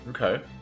Okay